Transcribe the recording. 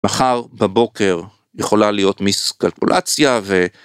מחר בבוקר יכולה להיות מיסקלקולציה ו...